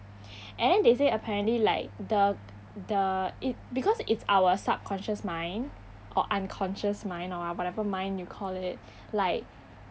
and then they say apparently like the the it because it's our subconscious mind or unconscious mind or whatever mind you call it like